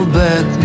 back